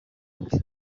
undi